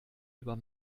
über